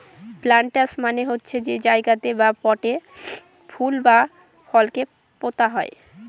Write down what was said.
planters মানে হচ্ছে যে জায়গাতে বা পটে ফুল বা ফলকে পোতা হয়